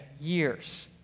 years